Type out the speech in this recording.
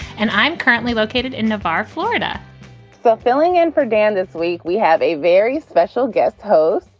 and i'm currently located in navarre, florida but filling in for dan this week, we have a very special guest host.